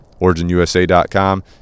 originusa.com